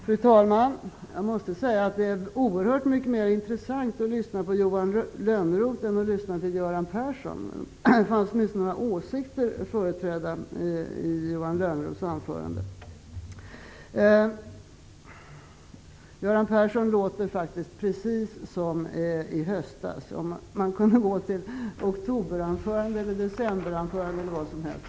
Fru talman! Jag måste säga att det är oerhört mycket mera intressant att lyssna på Johan Lönnroth än att lyssna på Göran Persson. Det fanns åtminstone några åsikter företrädda i Johan Göran Persson låter precis som han gjorde i höstas -- i anförandena i oktober, i december eller när som helst.